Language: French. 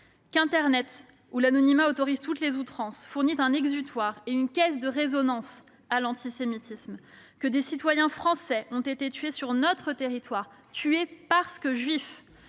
Qu'internet, où l'anonymat autorise toutes les outrances, fournit un exutoire et une caisse de résonance à l'antisémitisme. Que des citoyens français ont été tués sur notre territoire parce qu'ils